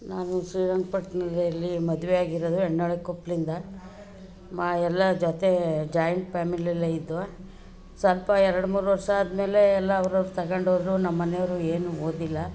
ನಾನು ಶ್ರೀರಂಗಪಟ್ಣದಲ್ಲಿ ಮದುವೆ ಆಗಿರೋದು ಕೊಪ್ಳಿಂದ ಮಾ ಎಲ್ಲ ಜೊತೆ ಜಾಯಿಂಟ್ ಪ್ಯಾಮಿಲಿ ಎಲ್ಲ ಇದ್ವು ಸ್ವಲ್ಪ ಎರಡು ಮೂರು ವರ್ಷ ಆದಮೇಲೆ ಎಲ್ಲ ಅವ್ರವ್ರು ತಗೊಂಡ್ ಹೋದ್ರು ನಮ್ಮ ಮನೆವ್ರು ಏನೂ ಓದಿಲ್ಲ